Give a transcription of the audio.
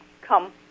come